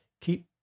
keep